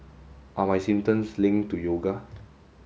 are my symptoms linked to yoga